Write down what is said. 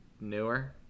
newer